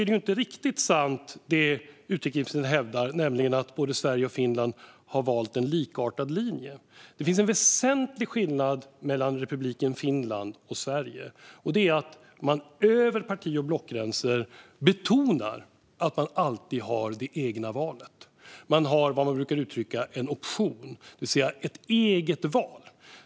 Det är inte riktigt sant, det som utrikesministern hävdar - att Finland och Sverige har valt likartade linjer. Det finns en väsentlig skillnad mellan republiken Finland och Sverige, och det är att Finland över parti och blockgränser betonar att man alltid har det egna valet. Man har vad man brukar kalla en option, det vill säga ett eget val.